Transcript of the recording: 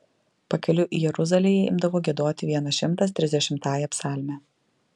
pakeliui į jeruzalę jie imdavo giedoti vienas šimtas trisdešimtąją psalmę